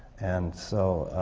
and so,